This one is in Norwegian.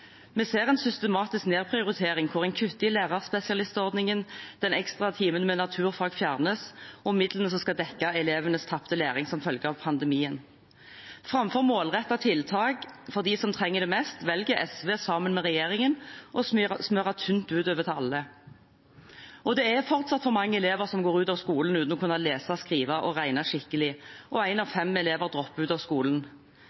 Vi ser en systematisk nedprioritering hvor en kutter i lærerspesialistordningen, den ekstra timen med naturfag fjernes, og midlene som skal dekke elevenes tapte læring som følge av pandemien, kuttes. Framfor målrettede tiltak for dem som trenger det mest, velger SV sammen med regjeringen å smøre tynt utover til alle. Det er fortsatt for mange elever som går ut av skolen uten å kunne lese, skrive og regne skikkelig, og én av